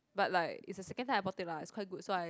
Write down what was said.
but like it's the second time I bought it lah it's quite good so I